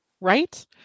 Right